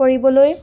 কৰিবলৈ